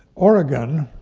oregon,